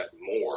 more